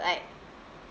like